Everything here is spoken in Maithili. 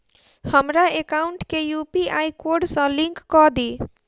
हमरा एकाउंट केँ यु.पी.आई कोड सअ लिंक कऽ दिऽ?